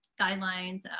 guidelines